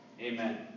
Amen